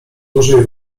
dużej